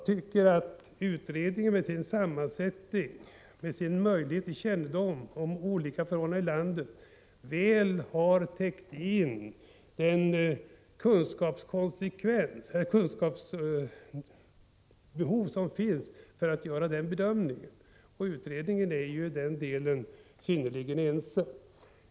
Kyrkoutredningen, med sin sammansättning och sin kännedom om olika förhållanden i landet, har väl täckt kunskapsbehovet för att kunna göra den bedömningen, och i den delen är utredningen synnerligen ense.